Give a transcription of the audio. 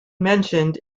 mentioned